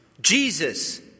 Jesus